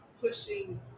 pushing